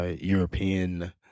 European